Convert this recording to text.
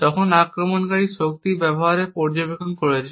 তখন আক্রমণকারী শক্তির ব্যবহার পর্যবেক্ষণ করেছে